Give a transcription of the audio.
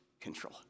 control